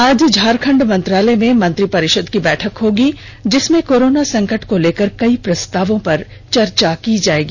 आज झारखंड मंत्रालय में मंत्रिपरिषद की बैठक होगी जिसमें कोरोना संकट को लेकर कई प्रस्तावों पर चर्चा की जायेगी